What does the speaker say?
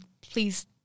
Please